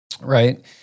right